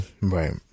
right